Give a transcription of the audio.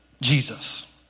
Jesus